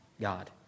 god